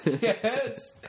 Yes